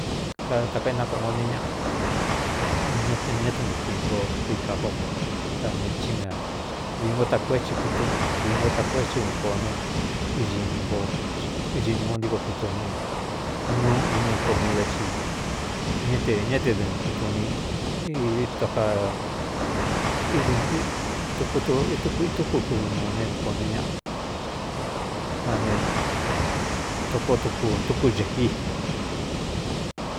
Katākainakángo ní ñaꞌa ñá te ntukuingo kuiká jo ka ne chi na viī ngo takoo é ti kutuꞌu e ngō vi ngo takoo é xi dɨko ne ixini ngo ntíko kutni un nuu komida ci ñña te dɨɨn kuunituku kudn nuu ne dkō n ñꞌa kane toko kutuku xēꞌi.